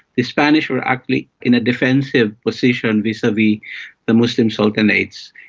the spanish were actually in a defensive position vis-a-vis the muslim sultanates,